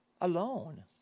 alone